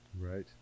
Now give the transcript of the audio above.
Right